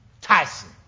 Tyson